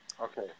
Okay